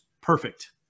perfect